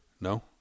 No